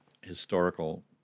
historical